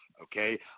Okay